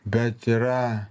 bet yra